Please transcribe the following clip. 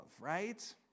right